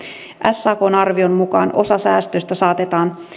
sakn arvion mukaan osa säästöistä saatetaan